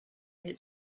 his